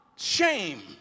Shame